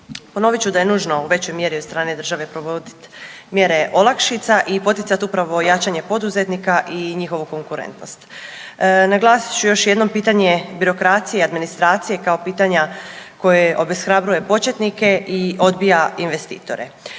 Ponovit ću da je nužno u većoj mjeri od strane države provodit mjere olakšica i poticat upravo jačanje poduzetnika i njihovu konkurentnost. Naglasit ću još jednom pitanje birokracije i administracije kao pitanja koje obeshrabruje početnike i odbija investitore.